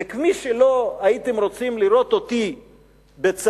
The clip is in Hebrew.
וכפי שלא הייתם רוצים לראות אותי בצעדות